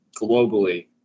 globally